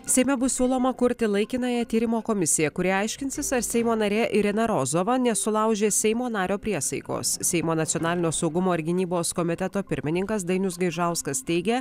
seime bus siūloma kurti laikinąją tyrimo komisiją kuri aiškinsis ar seimo narė irina rozova nesulaužė seimo nario priesaikos seimo nacionalinio saugumo ir gynybos komiteto pirmininkas dainius gaižauskas teigia